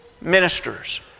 Ministers